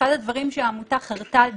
ואחד הדברים שהעמותה חרתה על